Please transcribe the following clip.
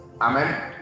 amen